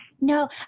No